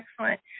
excellent